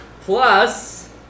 Plus